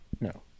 No